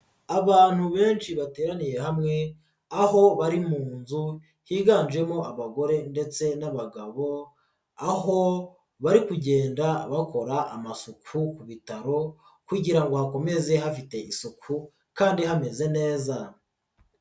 Abantu benshi bateraniye hamwe aho bari mu nzu higanjemo abagore ndetse n'abagabo aho bari kugenda bakora amasuku ku bitaro kugira ngo hakomeze hafite isuku kandi hameze neza.